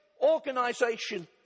organisation